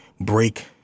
break